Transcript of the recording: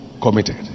committed